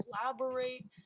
collaborate